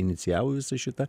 inicijavo visą šitą